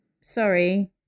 Sorry